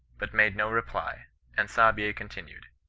but made no reply and saabye continued,